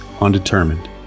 undetermined